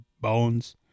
bones